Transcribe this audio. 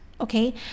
okay